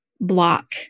block